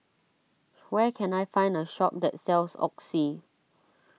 where can I find a shop that sells Oxy